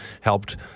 helped